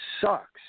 sucks